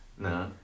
No